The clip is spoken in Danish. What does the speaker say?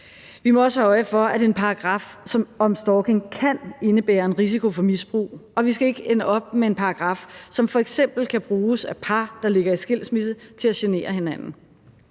Vi må også have øje for, at en paragraf om stalking kan indebære en risiko for misbrug, og vi skal ikke ende op med en paragraf, som f.eks. kan bruges af par, der ligger i skilsmisse, til at genere hinanden.